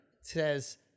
says